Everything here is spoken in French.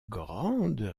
grande